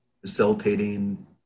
facilitating